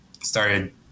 started